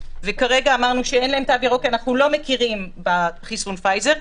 וכרגע אמרנו שאין להם תו ירוק כי אנחנו לא מכירים בחיסון פייזר,